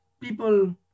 people